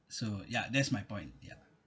so ya that's my point ya